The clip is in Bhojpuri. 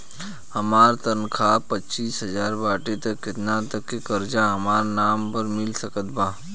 हमार तनख़ाह पच्चिस हज़ार बाटे त केतना तक के कर्जा हमरा नाम पर मिल सकत बा?